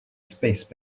space